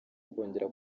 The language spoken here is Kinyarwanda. kongera